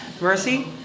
Mercy